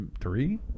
three